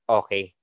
okay